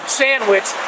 sandwich